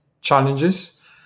challenges